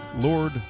Lord